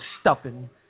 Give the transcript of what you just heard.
stuffing